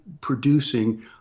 producing